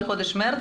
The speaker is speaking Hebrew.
מחודש מרץ?